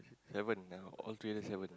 haven't now all three days haven't